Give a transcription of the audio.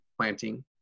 planting